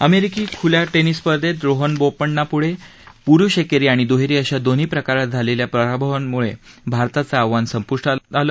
अमेरिकी खुल्या टेनिस स्पर्धेत रोहन बोपण्णाच्या पुरुष एकेरी आणि दुहेरी अशा दोन्ही प्रकारात झालेल्या पराभवांमुळं भारताचं आव्हान संपुष्टात आलं